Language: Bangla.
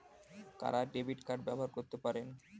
কারা ডেবিট কার্ড ব্যবহার করতে পারেন?